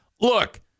Look